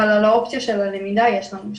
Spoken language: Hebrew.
אבל על האופציה של הלמידה כן יש לנו שליטה.